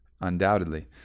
undoubtedly